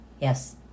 Yes